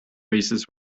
races